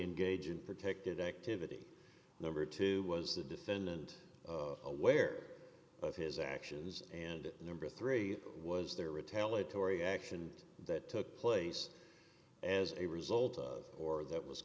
engage in protected activity number two was the defendant aware of his actions and number three was there retaliate tory action that took place as a result or that was